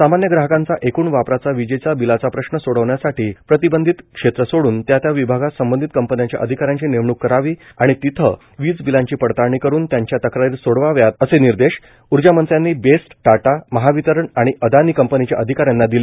सामान्य ग्राहकांचा एकूण वापराच्या वीजेच्या बिलाचा प्रश्न सोडवण्यासाठी प्रतिबंधित क्षेत्र सोडून त्या त्या विभागात संबंधित कंपन्यांच्या अधिकाऱ्यांची नेमणुक करावी आणि तेथे वीज बिलाची पडताळणी करून त्यांच्या तक्रारी सोडवण्यात याव्यात असे निर्देश ऊर्जामंत्र्यांनी यांनी बेस्ट टाटा महावितरण आणि अदानी कंपनीच्या अधिकाऱ्यांना दिले